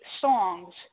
songs